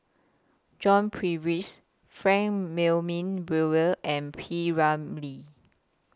John Purvis Frank Brewer and P Ramlee